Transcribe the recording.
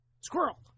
squirrel